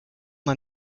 man